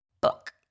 book